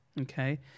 okay